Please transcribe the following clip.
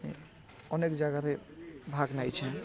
ଅନେକ୍ ଜାଗାରେ ଭାଗ ନେଇଛେ